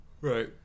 Right